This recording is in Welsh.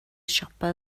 siopa